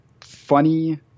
funny